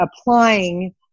applying